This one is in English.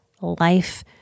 life